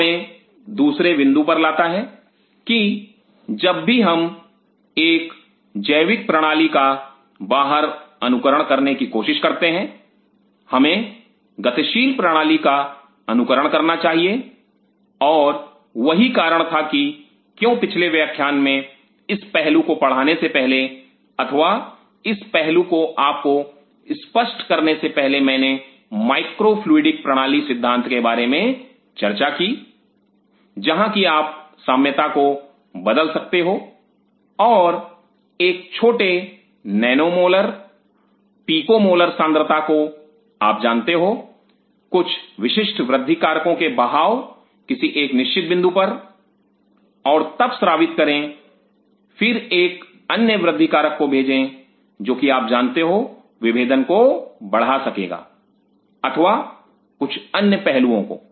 वह हमें दूसरे बिंदु पर लाता है कि जब भी हम एक जैविक प्रणाली का बाहर अनुकरण करने की कोशिश करते हैं हमें गतिशील प्रणाली का अनुकरण करना चाहिए और वही कारण था कि क्यों पिछले व्याख्यान में इस पहलू को पढ़ाने से पहले अथवा इस पहलू को आपको स्पष्ट करने से पहले मैंने माइक्रो फ्लूइडिक प्रणाली सिद्धांत के बारे में चर्चा की जहां कि आप साम्यता को बदल सकते हो और एक छोटे नैनोमोलर पीकोमोलर सांद्रता को आप जानते हो कुछ विशिष्ट वृद्धि कारकों के बहाव किसी एक निश्चित बिंदु पर और तब स्रावित करें फिर एक अन्य वृद्धि कारक को भेजें जो कि आप जानते हो विभेदन को बढ़ा सकेगा अथवा कुछ अन्य पहलुओं को